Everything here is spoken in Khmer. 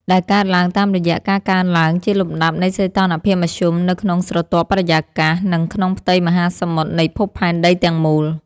ដែលកើតឡើងតាមរយៈការកើនឡើងជាលំដាប់នៃសីតុណ្ហភាពមធ្យមនៅក្នុងស្រទាប់បរិយាកាស និងក្នុងផ្ទៃមហាសមុទ្រនៃភពផែនដីទាំងមូល។